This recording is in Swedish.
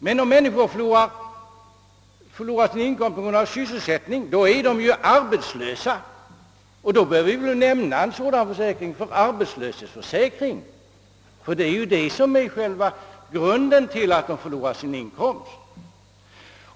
Men om människor förlorar sin inkomst på grund av brist på sysselsättning, är de ju arbetslösa, och då bör vi väl benämna en sådan försäkring arbetslöshetsförsäkring, ty det är ju arbetslöshet som är själva grunden till att de förlorar sin inkomst.